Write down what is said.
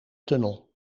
tunnel